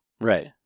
right